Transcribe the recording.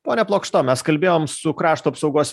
pone plokšto mes kalbėjom su krašto apsaugos